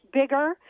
bigger